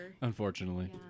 Unfortunately